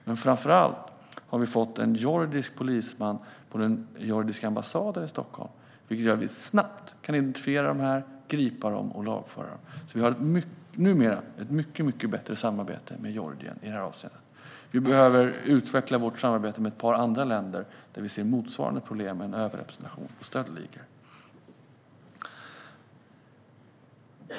Men framför allt har vi fått en georgisk polisman på den georgiska ambassaden i Stockholm, vilket gör att vi snabbt kan identifiera dessa personer, gripa dem och lagföra dem. Vi har numera ett mycket bättre samarbete med Georgien i det avseendet. Vi behöver utveckla vårt samarbete med ett par andra länder där vi ser motsvarande problem med en överrepresentation av stöldligor.